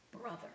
brother